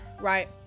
right